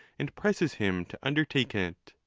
and presses him to undertake it.